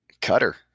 Cutter